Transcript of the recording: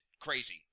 Crazy